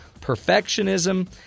perfectionism